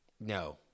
No